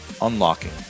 unlocking